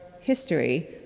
history